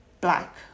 Black